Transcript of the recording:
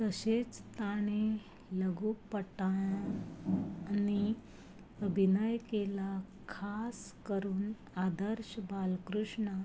तशेंच ताणें लघुपटां नी अभिनय केला खास करून आदर्श बालकृष्ण